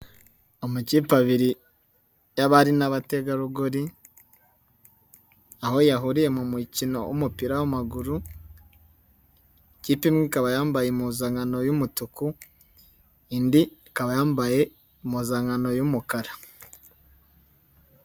Amakipe abiri y'abari n'abategarugori aho yahuriye mu mukino w'umupira w'amaguru ikipe imwe ikaba yambaye impuzankano y'umutuku indi ikaba yambaye impuzankano y'umukara.